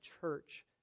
church